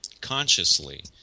consciously